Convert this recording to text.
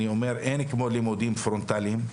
אין כמו לימודים פרונטליים,